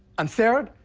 and third,